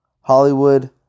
Hollywood